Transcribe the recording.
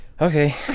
Okay